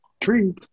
tree